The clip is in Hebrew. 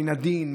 מן הדין,